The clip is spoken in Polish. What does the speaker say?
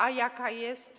A jaka jest?